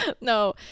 no